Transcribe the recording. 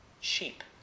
sheep